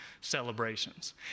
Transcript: celebrations